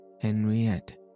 Henriette